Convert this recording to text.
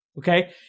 Okay